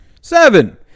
Seven